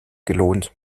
gelohnt